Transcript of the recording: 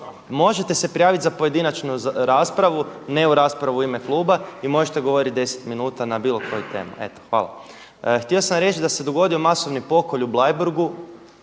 Možete se prijaviti za pojedinačnu raspravu, ne u raspravu u ime kluba i možete govoriti 10 minuta na bilo koju temu. Eto, hvala. Htio sam reći da se dogodio masovni pokolj u Bleiburgu.